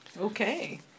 Okay